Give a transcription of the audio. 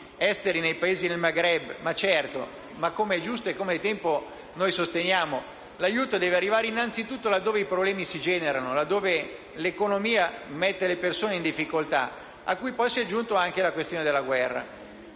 esteri nei Paesi del Maghreb. Questo è certo, ma giustamente - e come da tempo noi sosteniamo - l'aiuto deve arrivare innanzitutto laddove i problemi si generano, laddove l'economia mette le persone in difficoltà e dove poi si è aggiunta anche la questione della guerra.